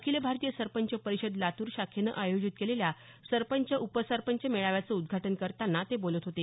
अखिल भारतीय सरपंच परिषद लातूर शाखेनं आयोजित केलेल्या सरपंच उपसरपंच मेळाव्याचं उदघाटन करताना ते बोलत होते